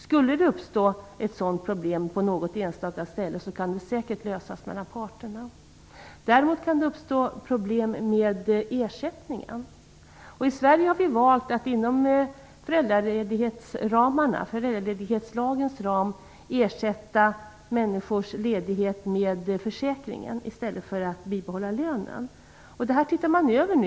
Skulle det uppstå ett sådant problem på något enstaka ställe kan det säkert lösas mellan parterna. Däremot kan det uppstå problem med ersättningen. I Sverige har vi valt att inom föräldraledighetslagens ram ersätta människors ledighet med försäkringen i stället för att bibehålla lönen. Det här ser man nu över.